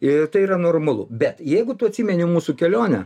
ir tai yra normalu bet jeigu tu atsimeni mūsų kelionę